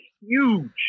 huge